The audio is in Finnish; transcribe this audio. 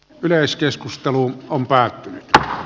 yleiskeskusteluun on päätynyt taa